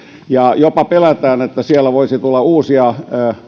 jopa pelätään että siellä voisi tulla uusia